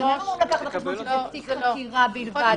אבל גם היום --- תיק חקירה בלבד.